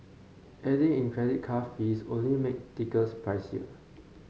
adding in credit card fees only make tickets pricier